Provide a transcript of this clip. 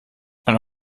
ein